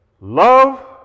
Love